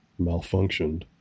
malfunctioned